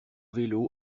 vélo